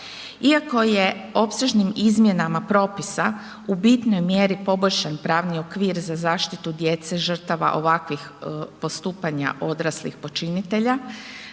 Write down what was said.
iako je opsežnim izmjenama propisa u bitnoj mjeri poboljšan pravni okvir za zaštitu djece žrtava ovakvih postupanja odraslih počinitelja,